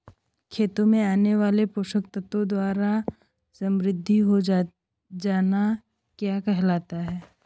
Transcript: खेतों में आने वाले पोषक तत्वों द्वारा समृद्धि हो जाना क्या कहलाता है?